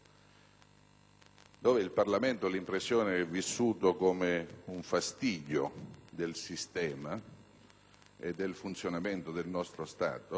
questo Parlamento, che sembra venga vissuto come un fastidio del sistema e del funzionamento del nostro Stato,